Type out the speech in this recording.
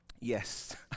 yes